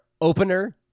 opener